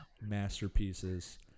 masterpieces